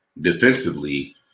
Defensively